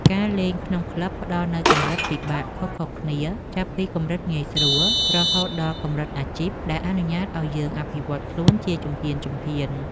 ការលេងក្នុងក្លឹបផ្ដល់នូវកម្រិតពិបាកខុសៗគ្នា ចាប់ពីកម្រិតងាយស្រួលរហូតដល់កម្រិតអាជីព ដែលអនុញ្ញាតឱ្យយើងអភិវឌ្ឍខ្លួនជាជំហានៗ។